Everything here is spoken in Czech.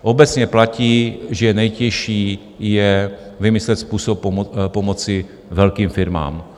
Obecně platí, že nejtěžší je vymyslet způsob pomoci velkým firmám.